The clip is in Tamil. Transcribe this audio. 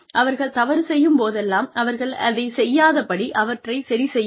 அவர்கள் தவறு செய்யும் போதெல்லாம் அவர்கள் அதைச் செய்யாதபடி அவற்றைச் சரி செய்யவும்